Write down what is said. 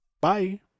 Bye